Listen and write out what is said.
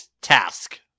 Task